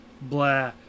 blah